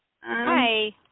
Hi